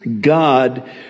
God